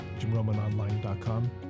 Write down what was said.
jimromanonline.com